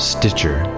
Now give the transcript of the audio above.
Stitcher